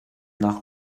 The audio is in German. nach